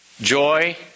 joy